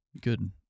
Good